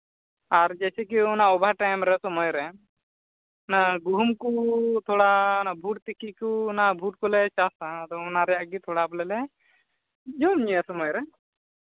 ᱟᱨ ᱡᱮᱥᱮᱠᱤ ᱚᱱᱟ ᱚᱵᱷᱟᱨ ᱴᱟᱭᱤᱢ ᱨᱮ ᱫᱚ ᱢᱟᱹᱭᱨᱮᱢ ᱚᱱᱟ ᱜᱩᱦᱩᱢ ᱠᱚ ᱛᱷᱚᱲᱟ ᱵᱷᱩᱴ ᱛᱤᱠᱤ ᱠᱚ ᱚᱱᱟ ᱵᱷᱩᱴ ᱠᱚᱞᱮ ᱪᱟᱥᱟ ᱟᱫᱚ ᱚᱱᱟ ᱨᱮᱭᱟᱜ ᱜᱮ ᱛᱷᱚᱲᱟ ᱵᱚᱞᱮ ᱞᱮ ᱡᱚᱢ ᱧᱩᱭᱟ ᱥᱚᱢᱚᱭ ᱨᱮ